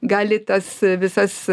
gali tas visas